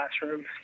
classroom